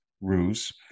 ruse